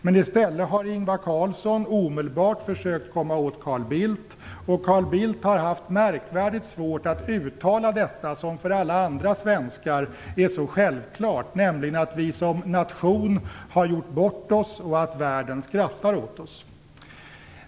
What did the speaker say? Men i stället har Ingvar Carlsson omedelbart försökt komma åt Carl Bildt, och Carl Bildt har haft märkvärdigt svårt att uttala detta, som är så självklart för alla andra svenskar, att vi som nation har gjort bort oss och att världen skrattar åt oss.